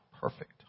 perfect